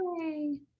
Yay